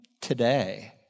today